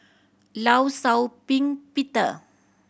Law Shau Ping Peter